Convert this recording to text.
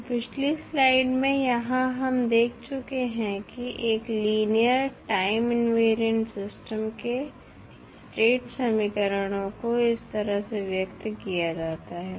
तो पिछली स्लाइड में यहाँ हम देख चुके हैं कि एक लीनियर टाइम इनवेरिएंट सिस्टम के स्टेट समीकरणों को इस तरह से व्यक्त किया जाता है